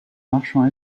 marchand